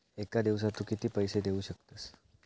एका दिवसात तू किती पैसे देऊ शकतस?